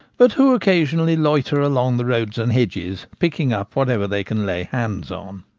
but who occasionally loiter along the roads and hedges picking up whatever they can lay hands on.